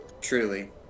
Truly